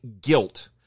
guilt